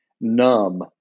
numb